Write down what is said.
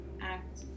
act